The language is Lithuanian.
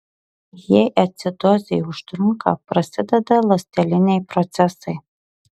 jei acidozė užtrunka prasideda ląsteliniai procesai